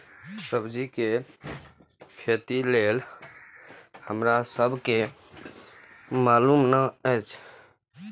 सब्जी के खेती लेल हमरा सब के मालुम न एछ?